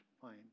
fine